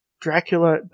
Dracula